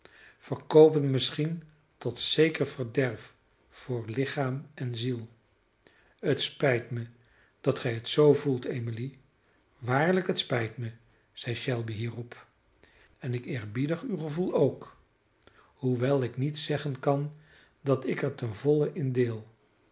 verkoopen verkoopen misschien tot zeker verderf voor lichaam en ziel het spijt mij dat gij het zoo voelt emily waarlijk het spijt mij zeide shelby hierop en ik eerbiedig uw gevoel ook hoewel ik niet zeggen kan dat ik er ten volle in deel